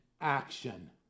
action